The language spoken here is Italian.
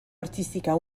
artistica